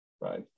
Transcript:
Right